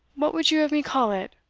what would you have me call it?